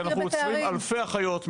כי אנחנו עוצרים אלפי אחיות,